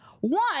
one